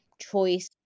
choice